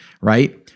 right